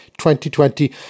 2020